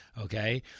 Okay